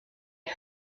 had